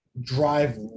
drive